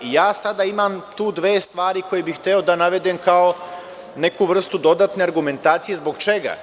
Sada ima tu dve svari koje bih hteo da navedem kao neku vrstu dodatne argumentacije – zbog čega?